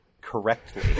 correctly